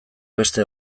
beste